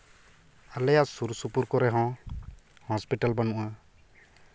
ᱟᱞᱮᱭᱟᱜ ᱥᱩᱨ ᱥᱩᱯᱩᱨ ᱠᱚᱨᱮ ᱦᱚᱸ ᱦᱚᱥᱯᱤᱴᱟᱞ ᱵᱟᱹᱱᱩᱜᱼᱟ